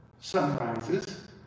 sunrises